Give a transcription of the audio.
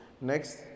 Next